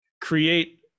create